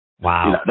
Wow